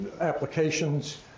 applications